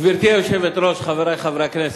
גברתי היושבת-ראש, חברי חברי הכנסת,